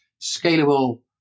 scalable